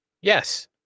yes